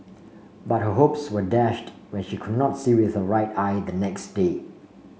but her hopes were dashed when she could not see with her right eye the next day